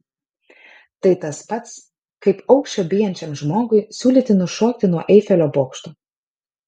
tai tas pats kaip aukščio bijančiam žmogui siūlyti nušokti nuo eifelio bokšto